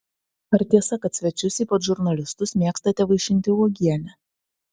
ar tiesa kad svečius ypač žurnalistus mėgstate vaišinti uogiene